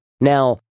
Now